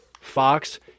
Fox